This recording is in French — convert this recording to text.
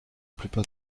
plupart